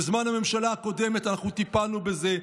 בזמן הממשלה הקודמת אנחנו טיפלנו בזה,